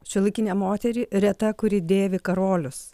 šiuolaikinę moterį reta kuri dėvi karolius